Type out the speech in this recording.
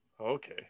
Okay